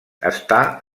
està